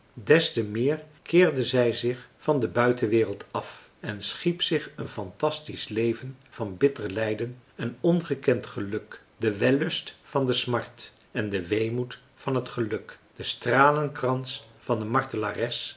des te meer keerde zij zich van de buitenwereld af en schiep zich een fantastisch leven van bitter lijden en ongekend geluk de wellust van de smart en de weemoed van het geluk de stralenkrans van de